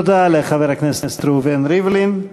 תודה לחבר הכנסת ראובן ריבלין.